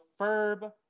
Ferb